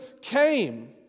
came